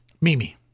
Mimi